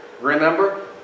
Remember